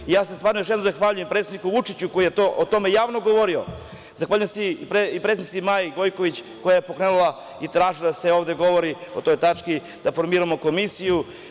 Želim da se zahvalim predsedniku Vučiću koji je o tome javno govorio, zahvaljujem se i predsednici Maji Gojković, koja je pokrenula i tražila da se ovde govori o toj tački da formiramo komisiju.